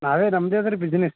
ನಾವೇ ನಮ್ದೆ ಅದೆ ರೀ ಬಿಸ್ನೆಸ್